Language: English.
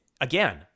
again